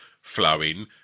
flowing